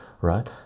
right